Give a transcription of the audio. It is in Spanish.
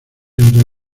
entrar